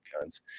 guns